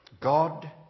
God